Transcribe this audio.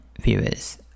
viewers